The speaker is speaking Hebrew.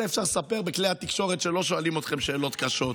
את זה אפשר לספר בכלי התקשורת שלא שואלים אתכם שאלות קשות.